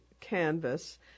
canvas